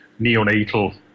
neonatal